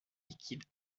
liquide